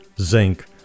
zinc